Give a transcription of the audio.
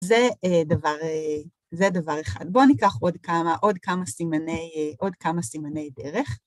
זה דבר א... זה דבר אחד. בואו ניקח עוד כמה עוד כמה סימני א... עוד כמה סימני דרך.